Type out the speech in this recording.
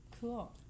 Cool